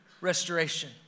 restoration